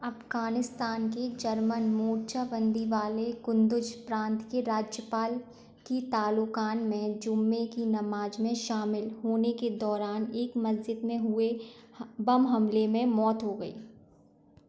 अफगानिस्तान के जर्मन मोर्चाबंदी वाले कुंदुज प्रांत के राज्यपाल की तालोकान में ज़ुमे की नमाज़ में शामिल होने के दौरान एक मस्जिद में हुए हाँ बम हमले में मौत हो गई